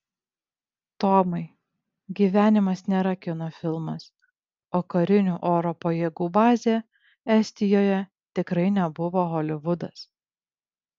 tomai gyvenimas nėra kino filmas o karinių oro pajėgų bazė estijoje tikrai nebuvo holivudas